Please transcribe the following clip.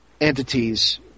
entities